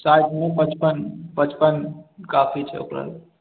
साठि नहि पचपन पचपन काफी छै ओकरा लेल